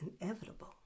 inevitable